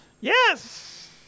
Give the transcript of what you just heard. Yes